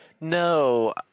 No